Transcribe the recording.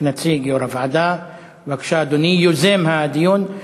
נציג יו"ר הוועדה, בבקשה, אדוני, יוזם הדיון.